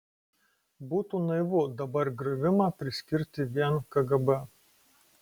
būtų naivu dabar griovimą priskirti vien kgb